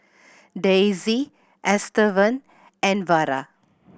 Daisie Estevan and Vara